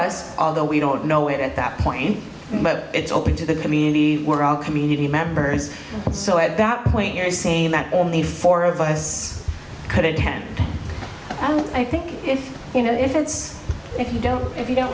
us although we don't know it at that point but it's open to the community we're all community members so at that point you're saying that only four of us could attend and i think if you know if it's if you don't if you don't